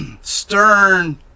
stern